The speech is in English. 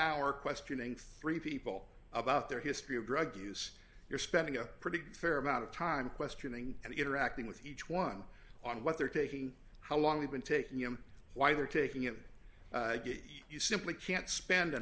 hour questioning three people about their history of drug use you're spending a pretty fair amount of time questioning and interacting with each one on what they're taking how long you've been taking them why they're taking it you simply can't spend an